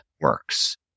works